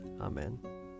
Amen